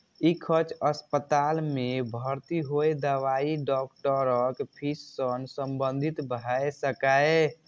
ई खर्च अस्पताल मे भर्ती होय, दवाई, डॉक्टरक फीस सं संबंधित भए सकैए